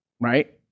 Right